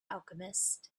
alchemist